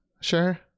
sure